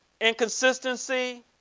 inconsistency